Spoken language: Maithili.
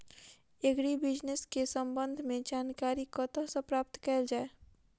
एग्री बिजनेस केँ संबंध मे जानकारी कतह सऽ प्राप्त कैल जाए?